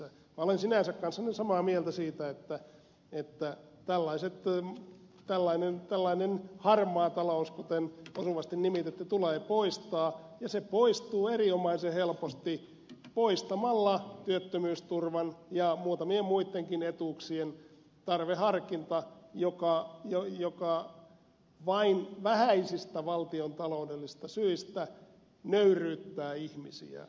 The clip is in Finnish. minä olen sinänsä kanssanne samaa mieltä siitä että tällainen harmaa talous kuten osuvasti nimititte tulee poistaa ja se poistuu erinomaisen helposti poistamalla työttömyysturvan ja muutamien muittenkin etuuksien tarveharkinta joka vain vähäisistä valtiontaloudellisista syistä nöyryyttää ihmisiä